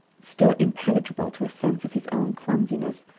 still impenetrable to a sense of his own clumsiness,